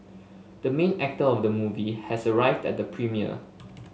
the main actor of the movie has arrived at the premiere